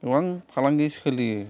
गोबां फालांगि सोलियो